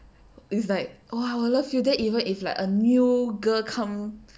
is like oh I will love you then even if like a new girl come